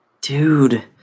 Dude